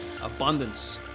abundance